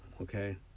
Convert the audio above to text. Okay